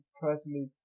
personally